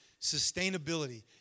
sustainability